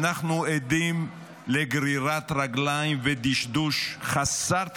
אנחנו עדים לגרירת רגליים ודשדוש חסר תקדים.